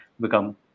become